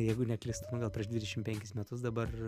jeigu neklystu nu gal prieš dvidešim penkis metus dabar